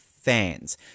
fans